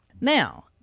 Now